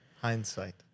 Hindsight